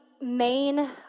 main